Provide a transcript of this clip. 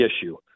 issue